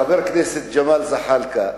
חבר הכנסת ג'מאל זחאלקה,